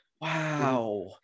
Wow